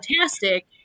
fantastic